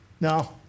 No